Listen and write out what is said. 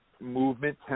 movement